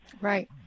right